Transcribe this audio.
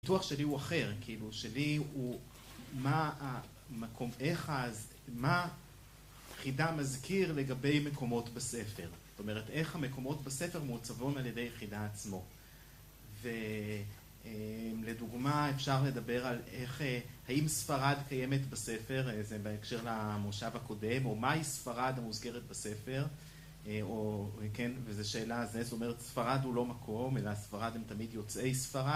הניתוח שלי הוא אחר. כאילו, שלי הוא: מה המקום? איך אז, מה חידה מזכיר לגבי מקומות בספר? זאת אומרת, איך המקומות בספר מעוצבים על ידי חידה עצמו? ו... אה... לדוגמה, אפשר לדבר על איך אה... האם ספרד קיימת בספר? זה בהקשר למושב הקודם. או מהי ספרד המוזכרת בספר? או... כן? וזה שאלה... הזאת, זאת אומרת, ספרד הוא לא מקום, אלא ספרד, הם תמיד יוצאי ספרד.